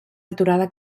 aturada